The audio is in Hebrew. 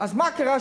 אז מה קרה?